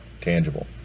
tangible